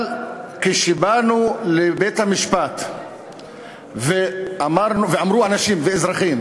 אבל כשבאנו לבית-המשפט ואמרו אנשים ואזרחים